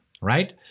right